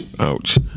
ouch